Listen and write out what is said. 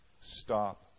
stop